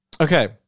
Okay